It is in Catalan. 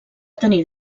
tenir